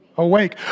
awake